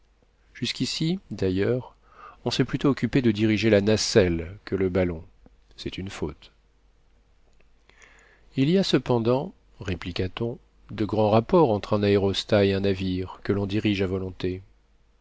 jusqu'ici d'ailleurs on s'est plutôt occupé de diriger la nacelle que le ballon c'est une faute il y a cependant répliqua t on de grands rapports entre un aérostat et un navire que l'on dirige à volonté